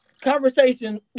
conversation